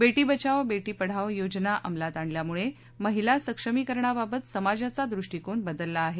बेटी बचाओ बेटी पढाओ योजना अमलात आणल्यामुळे महिला सक्षमीकरणाबाबत समाजाचा दृष्टिकोन बदलला आहे